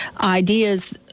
ideas